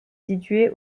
situé